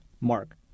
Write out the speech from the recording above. Mark